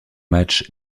match